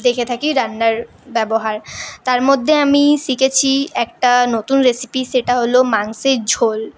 দেখে থাকি রান্নার ব্যবহার তার মধ্যে আমি শিখেছি একটা নতুন রেসিপি সেটা হলো মাংসের ঝোল